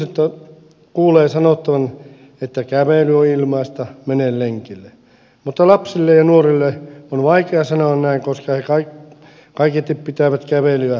aikuisille kuulee sanottavan että kävely on ilmaista mene lenkille mutta lapsille ja nuorille on vaikea sanoa näin koska he kaiketi pitävät kävelyä tylsänä